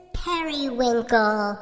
periwinkle